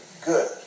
good